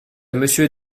monsieur